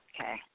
Okay